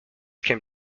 came